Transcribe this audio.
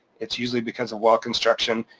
it's usually because of well construction.